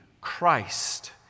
Christ